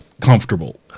comfortable